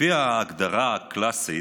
לפי ההגדרה הקלאסית,